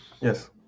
Yes